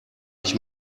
ich